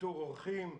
איתור אורחים,